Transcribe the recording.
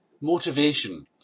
motivation